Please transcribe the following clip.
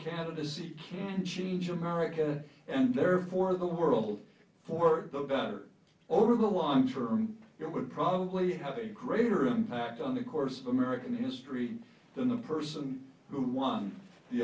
candidacy can change america and therefore the world for the better over the ones for whom it would probably have a greater impact on the course of american history than the person who won the